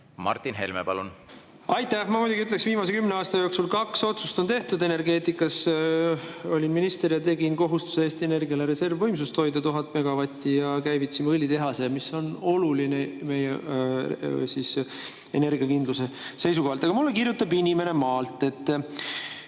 Martin Helme, palun! Aitäh! Ma muidugi ütleks, et viimase kümne aasta jooksul on kaks otsust tehtud energeetika [valdkonnas]. Olin minister ja tegin kohustuse Eesti Energiale reservvõimsust hoida 1000 megavatti ning me käivitasime õlitehase, mis on oluline meie energiakindluse seisukohalt. Aga mulle kirjutab inimene maalt,